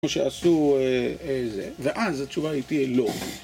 כמו שעשו... זה, ואז התשובה היא תהיה לא.